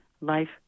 life